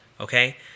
okay